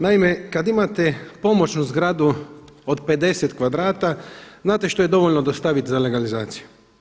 Naime, kad imate pomoćnu zgradu od 50 kvadrata, znate što je dovoljno dostavit za legalizaciju?